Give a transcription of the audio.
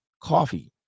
coffee